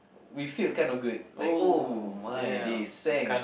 we feel kind of good like oh my they sang